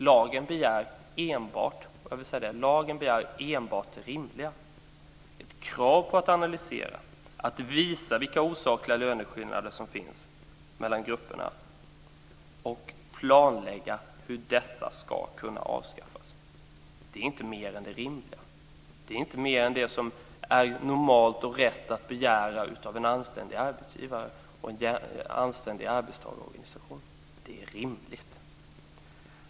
Jag vill säga att lagen enbart begär det rimliga: ett krav på att analysera, att visa vilka osakliga löneskillnader som finns mellan grupperna och planlägga hur dessa ska kunna avskaffas. Det är inte mer än det rimliga. Det är inte mer än det som är normalt och riktigt att begära av en anständig arbetsgivare och en arbetstagarorganisation. Det är rimligt.